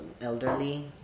elderly